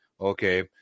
Okay